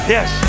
Yes